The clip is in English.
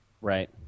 right